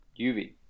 UV